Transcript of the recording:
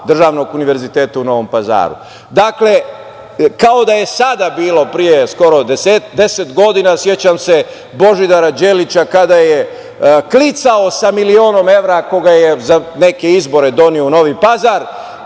državnog Univerziteta u Novom Pazaru. Dakle, kao da je sada bilo pre skoro deset godina, sećam se Božidara Đelića kada je klicao sa milionom evra koga je za neke izbore doneo u Novi Pazar